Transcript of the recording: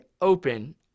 open